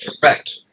Correct